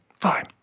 fine